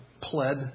pled